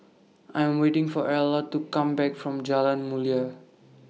I Am waiting For Erla to Come Back from Jalan Mulia